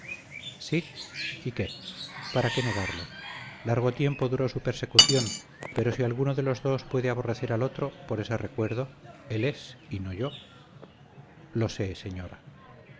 y qué para qué negarlo largo tiempo duró su persecución pero si alguno de los dos puede aborrecer al otro por ese recuerdo él es y no yo lo sé señora